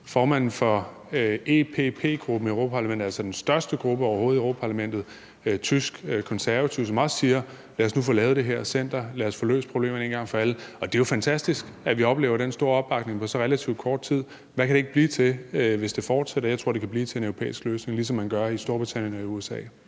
formanden for EPP-gruppen i Europa-Parlamentet, altså den største gruppe overhovedet i Europa-Parlamentet, en tysk konservativ, som også siger: Lad os nu få lavet det her center, lad os få løst problemerne en gang for alle. Det er jo fantastisk, at vi oplever den store opbakning på så relativt kort tid. Hvad kan det ikke blive til, hvis det fortsætter? Jeg tror, det kan blive til en europæisk løsning, ligesom man gør det i Storbritannien og i USA.